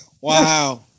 wow